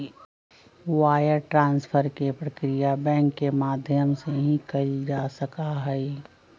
wire transfer के प्रक्रिया bank के माध्यम से ही कइल जा सका हई